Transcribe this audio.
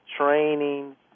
training